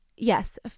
yes